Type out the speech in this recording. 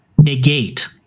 negate